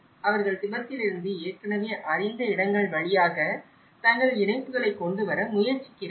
அவர்கள் திபெத்திலிருந்து ஏற்கனவே அறிந்த இடங்கள் வழியாக தங்கள் இணைப்புகளை கொண்டு வர முயற்சிக்கிறார்கள்